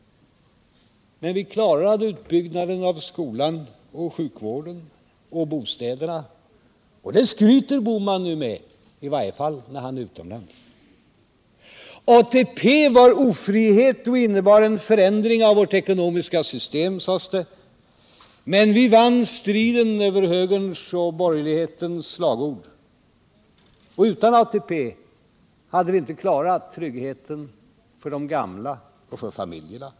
Men vi klarade utbyggnaden av skolan och sjukvården och bostäderna. Det skryter Bohman nu med, i varje fall när han är utomlands. ATP var ofrihet och innebar en förändring av vårt ekonomiska system, sades det, men vi vann striden över högerns och borgerlighetens slagord. Utan ATP hade vi emellertid inte klarat tryggheten för de gamla och för familjerna.